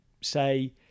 say